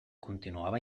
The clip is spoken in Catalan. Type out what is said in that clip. continuava